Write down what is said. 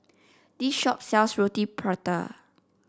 this shop sells Roti Prata